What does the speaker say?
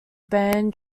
band